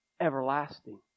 everlasting